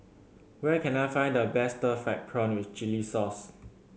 where can I find the best stir fried prawn with chili sauce